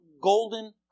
golden